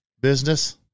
Business